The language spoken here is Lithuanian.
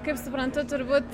kaip suprantu turbūt